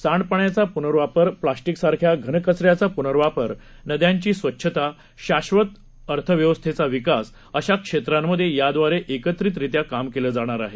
सांडपाण्याचा पुनर्वापर प्लास्टीकसारख्या घनकचऱ्याचा पुनर्वापर नद्यांची स्वच्छता शाश्वत अर्थव्यवस्थेचा विकास अशा क्षेत्रांमध्ये याद्वारे एकत्रीतरित्या काम केलं जाणार आहे